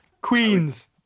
Queens